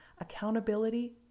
accountability